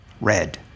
red